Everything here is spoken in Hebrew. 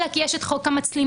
אלא כי יש את חוק המצלמות,